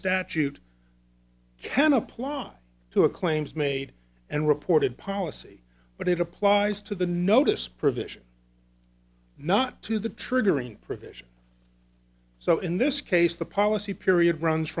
statute can apply to a claims made and reported policy but it applies to the notice provision not to the triggering provision so in this case the policy period runs